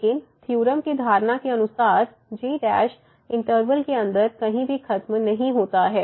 लेकिन थ्योरम की धारणा के अनुसार g इंटरवल के अंदर कहीं भी खत्म नहीं होता है